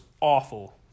awful